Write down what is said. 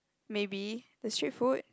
maybe the street food